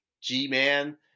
G-Man